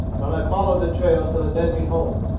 but i followed the trail till it led me home.